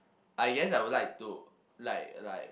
I guess I would like to like like